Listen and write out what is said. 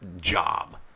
job